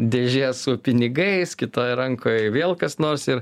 dėžė su pinigais kitoj rankoj vėl kas nors ir